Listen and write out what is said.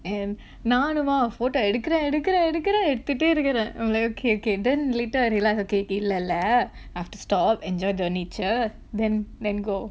and நானுமா:naanumaa photo எடுக்குற எடுக்குற எடுக்குற எடுத்துட்டே இருக்குறேன்:edukura edukkura edukkura eduthuttae irukkuraen I'm like okay okay then later I realise okay K இல்ல இல்ல:illa illa I have to stop enjoy the nature then let go